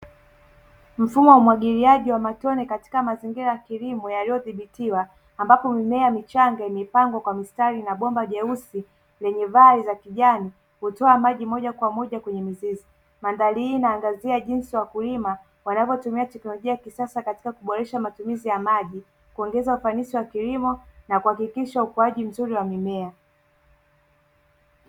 Mfumo wa umwagiliaji wa matone katika mazingira ya kilimo yaliyodhibitiwa, ambapo mimea michanga imepangwa kwa mistari na bomba jeusi lenye vali za kijani hutoa maji moja kwa moja kwenye mizizi. Mandhari hii inaangazia jinsi wakulima wanavyotumia teknolojia ya kisasa katika kuboresha matumizi ya maji, kuongeza ufanisi wa kilimo na kuhakikisha ukuaji mzuri wa mimea.